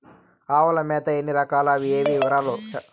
ఆవుల మేత ఎన్ని రకాలు? అవి ఏవి? వివరాలు?